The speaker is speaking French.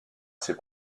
ses